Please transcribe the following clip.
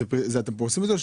אתם פורסים את זה?